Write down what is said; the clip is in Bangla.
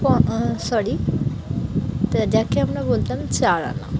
ক সরি তা দেখকে আমরা বলতাম চার আনা